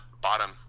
bottom